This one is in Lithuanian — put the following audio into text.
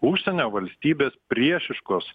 užsienio valstybės priešiškos